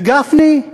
וגפני,